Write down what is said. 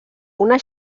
una